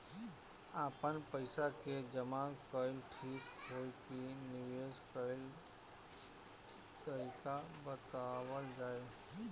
आपन पइसा के जमा कइल ठीक होई की निवेस कइल तइका बतावल जाई?